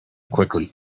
quickly